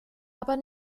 aber